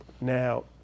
now